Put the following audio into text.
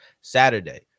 Saturday